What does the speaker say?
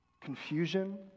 confusion